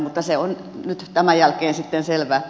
mutta se on otettava jälkeen selvä